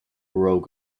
rogue